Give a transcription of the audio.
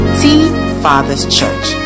tfatherschurch